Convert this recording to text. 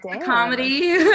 comedy